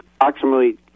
approximately